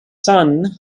son